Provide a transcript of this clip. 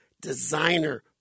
designer